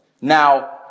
Now